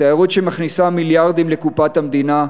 התיירות שמכניסה מיליארדים לקופת המדינה.